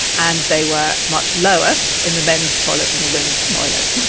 and they were much lower in the men's toilet than the women's toilet.